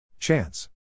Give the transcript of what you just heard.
Chance